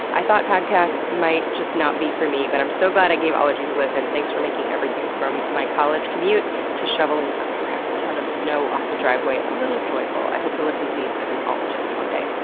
i thought podcasts might just not be for me, but i'm so glad i gave ologies a listen. thanks for making everything from my college commute to shoveling a crap-ton of snow off the driveway a little joyful. i hope to listen to these as an ologist one day.